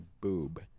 boob